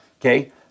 Okay